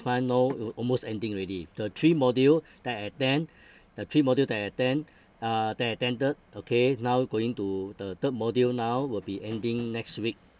month no it'll almost ending already the three module that I attend the three module that I attend uh that attended okay now going to the third module now will be ending next week